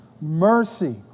mercy